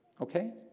Okay